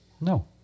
No